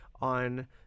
on